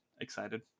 excited